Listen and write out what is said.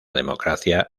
democracia